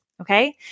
Okay